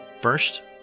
First